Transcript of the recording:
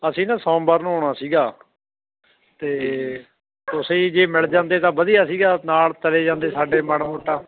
ਅਸੀਂ ਨਾ ਸੋਮਵਾਰ ਨੂੰ ਆਉਣਾ ਸੀਗਾ ਅਤੇ ਤੁਸੀਂ ਜੇ ਮਿਲ ਜਾਂਦੇ ਤਾਂ ਵਧੀਆ ਸੀਗਾ ਨਾਲ ਚਲੇ ਜਾਂਦੇ ਸਾਡੇ ਮਾੜਾ ਮੋਟਾ